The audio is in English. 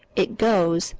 it goes,